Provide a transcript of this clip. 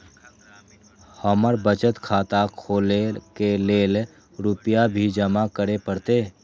हमर बचत खाता खोले के लेल रूपया भी जमा करे परते?